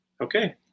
Okay